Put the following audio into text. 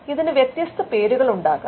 ഇതിനു വ്യത്യസ്ത പേരുകൾ ഉണ്ടാകാം